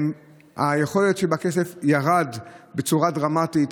היכולת של הכסף ירדה בצורה דרמטית,